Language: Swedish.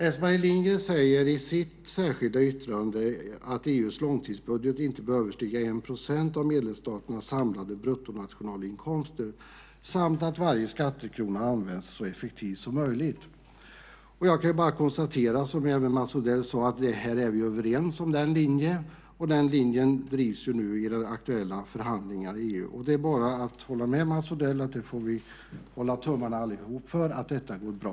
Else-Marie Lindgren säger i sitt särskilda yttrande att EU:s långtidsbudget inte bör överstiga 1 % av medlemsstaternas samlade bruttonationalinkomster samt att varje skattekrona ska användas så effektivt som möjligt. Jag kan bara konstatera, som även Mats Odell sade, att vi är överens om den linjen. Den linjen drivs nu också i de aktuella förhandlingarna i EU, och det är bara att hålla med Mats Odell om att vi allihop får hålla tummarna för att detta går bra.